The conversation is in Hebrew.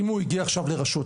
אם הוא הגיע עכשיו לרשות,